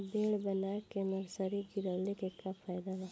Bed बना के nursery गिरवले के का फायदा बा?